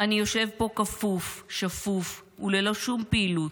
אני יושב פה כפוף, שפוף, וללא שום פעילות,